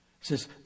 says